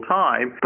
time